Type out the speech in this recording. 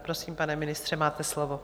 Prosím, pane ministře, máte slovo.